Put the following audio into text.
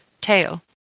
tail